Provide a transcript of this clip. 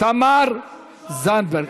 תמר זנדברג.